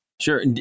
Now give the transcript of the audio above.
Sure